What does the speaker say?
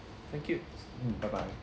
thank you bye bye